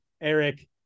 Eric